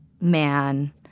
man